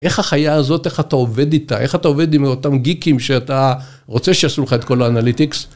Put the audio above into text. איך החיה הזאת, איך אתה עובד איתה, איך אתה עובד עם אותם גיקים שאתה רוצה שיעשו לך את כל האנליטיקס?